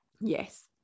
yes